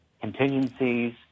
contingencies